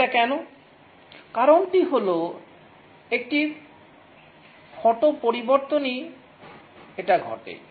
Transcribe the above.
এটা কেন কারণটি হলো একটি ছোট পরিবর্তনই এটা ঘটে